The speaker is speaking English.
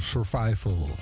Survival